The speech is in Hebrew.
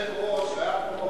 היושב-ראש היה פה במצור בירושלים,